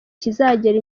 kizagera